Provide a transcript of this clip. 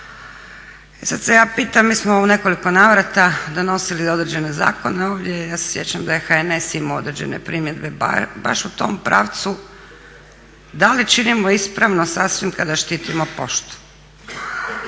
sada se ja pitam mi smo u nekoliko navrata donosili određene zakone ovdje i ja se sjećam da je HNS imao određene primjedbe baš u tom pravcu da li činimo ispravno sasvim kada štitimo poštu,